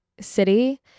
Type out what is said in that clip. city